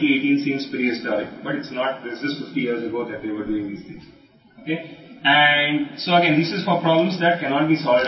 ఇప్పటికీ వారు పంచ్ కార్డ్లతో పనులు చేయడానికి చాలా టైమ్ తీసుకుంటారు మరియు 2018 లో మన పనులు చాలా చారిత్రాత్మకంగా అనిపిస్తాయి అయితే 50 సంవత్సరాల క్రితం వారు ఈ పనులు చేయడం లేదు